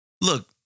Look